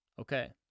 Okay